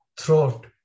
throat